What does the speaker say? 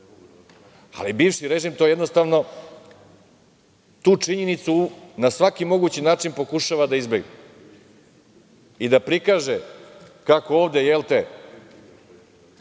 Bivši režim to jednostavno, tu činjenicu na svaki mogući način pokušava da izbegne i da prikaže kako ovde jel te